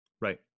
Right